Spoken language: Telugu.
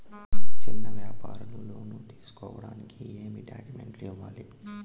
చిన్న వ్యాపారులు లోను తీసుకోడానికి ఏమేమి డాక్యుమెంట్లు ఇవ్వాలి?